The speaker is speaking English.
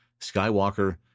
Skywalker